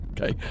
Okay